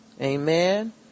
Amen